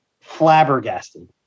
flabbergasted